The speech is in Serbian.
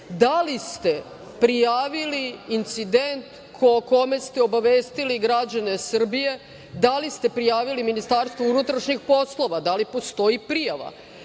da li ste prijavili incident o kome ste obavestili građane Srbije Ministarstvu unutrašnjih poslova, da li postoji prijava?